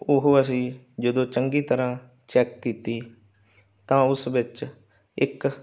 ਉਹ ਅਸੀਂ ਜਦੋਂ ਚੰਗੀ ਤਰ੍ਹਾਂ ਚੈੱਕ ਕੀਤੀ ਤਾਂ ਉਸ ਵਿੱਚ ਇੱਕ